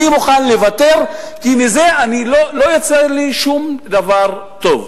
אני מוכן לוותר, כי מזה לא יוצא לי שום דבר טוב.